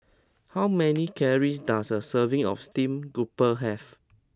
how many calories does a serving of steamed grouper have